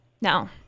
No